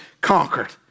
conquered